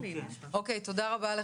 תודה רבה.